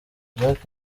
jack